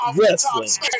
Wrestling